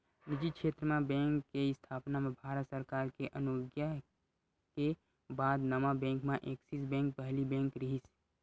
निजी छेत्र म बेंक के इस्थापना म भारत सरकार के अनुग्या के बाद नवा बेंक म ऐक्सिस बेंक पहिली बेंक रिहिस